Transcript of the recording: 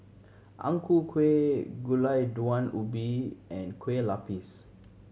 Ang Ku Kueh Gulai Daun Ubi and Kueh Lapis